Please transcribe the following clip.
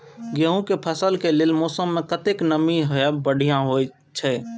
गेंहू के फसल के लेल मौसम में कतेक नमी हैब बढ़िया होए छै?